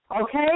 Okay